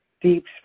deep